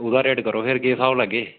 एह्दा रेट करो भी केह् स्हाब लाह्गे